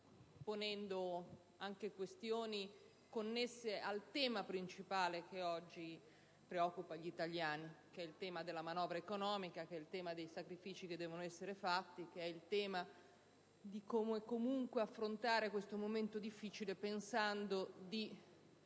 ponendo anche questioni connesse al tema principale che oggi preoccupa gli italiani, che è il tema della manovra economica, il tema dei sacrifici che devono essere fatti, il tema di come affrontare questo momento difficile pensando di